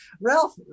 Ralph